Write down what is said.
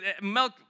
Milk